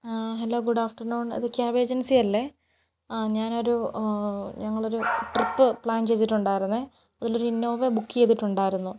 hello good afternoon ഇത് cab ഏജൻസിയല്ലേ ആ ഞാനൊരു ഞങ്ങളൊരു ട്രിപ്പ് പ്ലാൻ ചെയ്തിട്ടുണ്ടായിരുന്നേ അതിലൊരു ഇന്നോവ ബുക്ക് ചെയ്തിട്ടുണ്ടായിരുന്നു